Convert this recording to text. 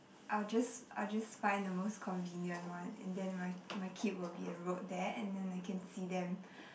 I'll just I'll just find the most convenient one and then my my kid will be enrolled there and then I can see them